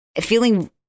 feeling